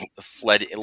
fled